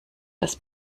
dass